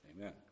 Amen